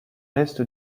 l’est